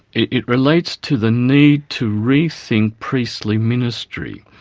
it relates to the need to rethink priestly ministry.